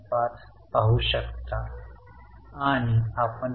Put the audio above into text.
सकारात्मक नकारात्मक असावे